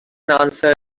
answer